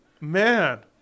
Man